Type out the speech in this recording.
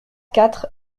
quatre